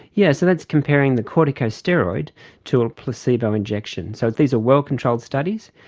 yes, so that's comparing the corticosteroid to a placebo injection. so these are well-controlled studies,